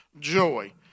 joy